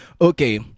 Okay